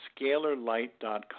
scalarlight.com